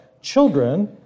children